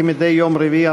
הישיבה